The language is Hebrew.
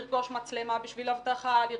לרכוש מצלמה בשביל אבטחה וכולי.